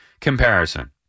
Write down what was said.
comparison